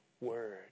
word